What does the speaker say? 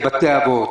כבתי אבות.